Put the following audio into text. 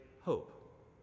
hope